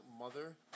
mother